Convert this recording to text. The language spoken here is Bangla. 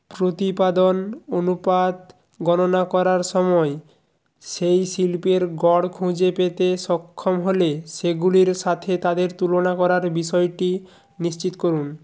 প্রতিপাদন অনুপাত গণনা করার সময় সেই শিল্পের গড় খুঁজে পেতে সক্ষম হলে সেগুলির সাথে তাদের তুলনা করার বিষয়টি নিশ্চিত করুন